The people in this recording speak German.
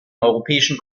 europäischen